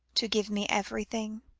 to give me everything,